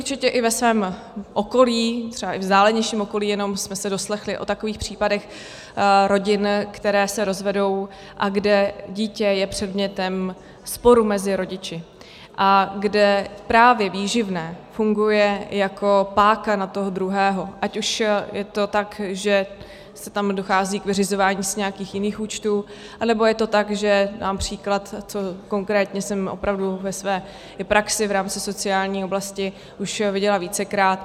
Mnozí určitě i ve svém okolí, třeba i vzdálenějším okolí, jenom jsme se doslechli o takových případech rodin, které se rozvedou a kde dítě je předmětem sporu mezi rodiči a kde právě výživné funguje jako páka na toho druhého, ať už je to tak, že tam dochází k vyřizování nějakých jiných účtů, anebo je to tak, že dám příklad, co konkrétně jsem opravdu ve své praxi v rámci sociální oblasti už viděla vícekrát.